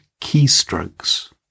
keystrokes